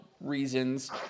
reasons